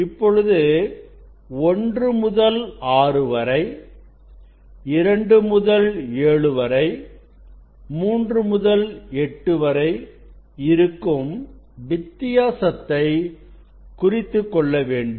இப்பொழுது 1 முதல் 6 வரை 2 முதல் 7 வரை3 முதல்8 வரை இருக்கும் வித்தியாசத்தை குறித்துக்கொள்ள வேண்டும்